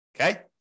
Okay